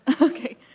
Okay